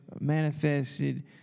manifested